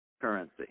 currency